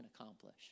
accomplish